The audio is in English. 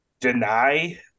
deny